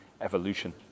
evolution